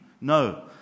No